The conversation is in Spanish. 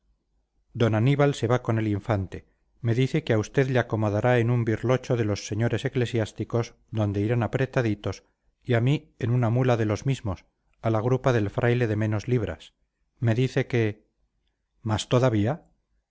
d aníbal se va con el infante me dice que a usted le acomodará en un birlocho de los señores eclesiásticos donde irán apretaditos y a mí en una mula de los mismos a la grupa del fraile de menos libras me dice que más todavía